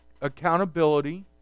accountability